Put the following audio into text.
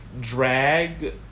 drag